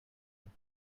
were